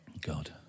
God